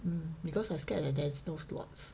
mm because I scared that there is no slots